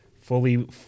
fully